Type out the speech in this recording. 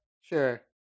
Sure